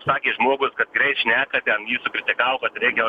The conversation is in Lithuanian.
sakė žmogus kad greit šneka ten jį sukritikavo kad reikia